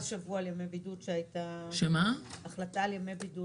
השבוע הייתה החלטה על ימי בידוד